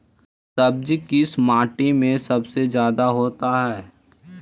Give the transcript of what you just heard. सब्जी किस माटी में सबसे ज्यादा होता है?